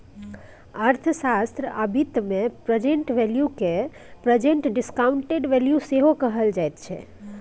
अर्थशास्त्र आ बित्त मे प्रेजेंट वैल्यू केँ प्रेजेंट डिसकांउटेड वैल्यू सेहो कहल जाइ छै